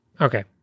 Okay